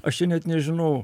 aš čia net nežinau